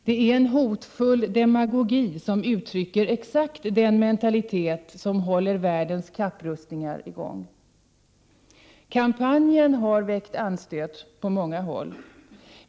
Det är en hotfull demagogi som uttrycker exakt den mentalitet som håller världens kapprustning i gång. Kampanjen har väckt anstöt på många håll.